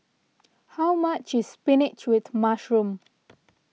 how much is Spinach with Mushroom